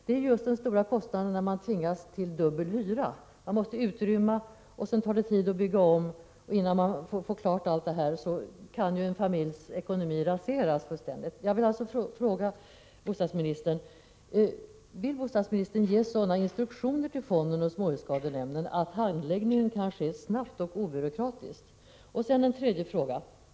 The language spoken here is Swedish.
Det gäller just den stora kostnad som uppstår då man tvingas betala dubbel hyra. Man måste utrymma bostaden, och det tar tid att bygga om. Innan det hela är färdigt kan ju en familjs ekonomi fullständigt raseras. Jag vill därför fråga bostadsministern: Vill bostadsministern ge sådana instruktioner till fonden och småhusskadenämnden att handläggningen kan ske snabbt och obyråkratiskt? Sedan en annan fråga.